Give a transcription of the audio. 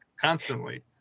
constantly